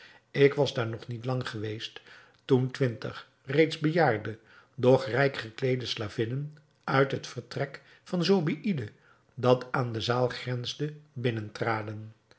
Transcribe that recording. ik was daar nog niet lang geweest toen twintig reeds bejaarde doch rijk gekleede slavinnen uit het vertrek van zobeïde dat aan de zaal grensde